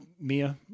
Mia